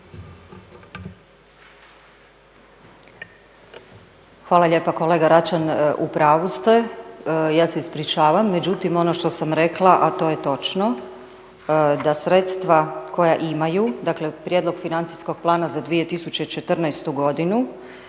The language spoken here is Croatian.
Hvala lijepa kolega Račan. U pravu ste. Ja se ispričavam. Međutim ono što sam rekla, a to je točno, da sredstva koja imaju, dakle prijedlog financijskog plana za 2014. godinu,